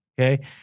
Okay